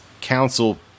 council